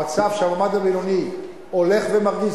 המצב שהמעמד הבינוני הולך ומכניס,